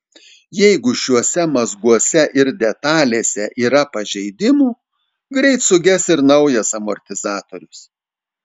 jeigu šiuose mazguose ir detalėse yra pažeidimų greit suges ir naujas amortizatorius